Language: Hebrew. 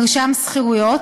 מרשם שכירויות,